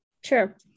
Sure